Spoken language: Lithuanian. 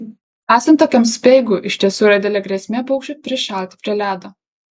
esant tokiam speigui iš tiesų yra didelė grėsmė paukščiui prišalti prie ledo